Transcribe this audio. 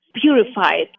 purified